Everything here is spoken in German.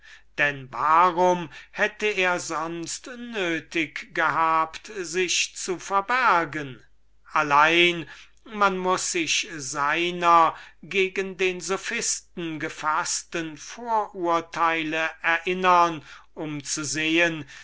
stehe warum hätte er sonst nötig gehabt sich zu verbergen allein man muß sich der vorurteile erinnern die er wider den sophisten gefaßt hatte um zu sehen